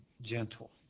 gentle